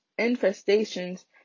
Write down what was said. infestations